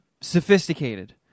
sophisticated